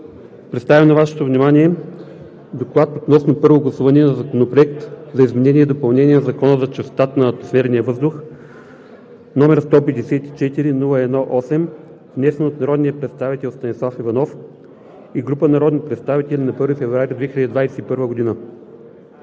Представям на Вашето внимание „ДОКЛАД относно Първо гласуване на Законопроект за изменение и допълнение на Закона за чистотата на атмосферния въздух, № 154 01-8, внесен от народния представител Станислав Иванов и група народни представители на 1 февруари 2021 г.